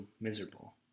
miserable